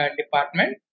department